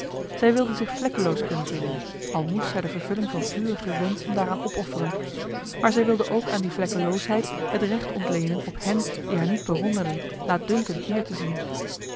zij wilde zich vlekkeloos kunnen vinden al moest zij de vervulling van vurige wenschen daaraan opofferen maar zij wilde ook aan die vlekkeloosheid het recht ontleenen op hen die haar niet bewonderden laatdunkend neer te zien